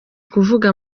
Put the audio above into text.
kuvuga